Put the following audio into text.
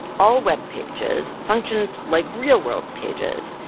all webpages functioned like real world pages.